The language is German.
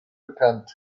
bekannt